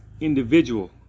individual